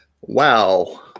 Wow